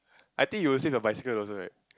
I think you would say the bicycle also right